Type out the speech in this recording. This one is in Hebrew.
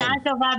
בשעה טובה.